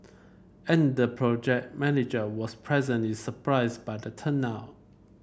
and the project manager was pleasantly surprised by the turnout